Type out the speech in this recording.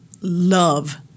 love